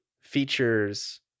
features